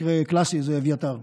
המקרה הקלאסי הוא אביתר,